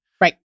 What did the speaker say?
right